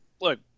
Look